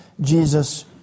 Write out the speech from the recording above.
Jesus